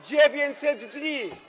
900 dni.